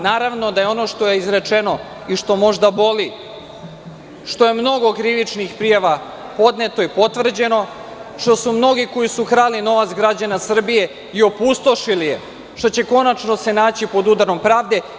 Naravno da je ono što je izrečeno i što možda boli, što je mnogo krivičnih prijava podneto i potvrđeno, što su mnogi koji su krali novac građana Srbije i opustošili je, što će se konačno naći pod udarom pravde.